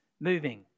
moving